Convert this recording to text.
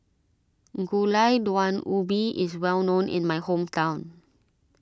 Gulai Daun Ubi is well known in my hometown